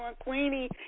Queenie